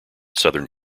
southern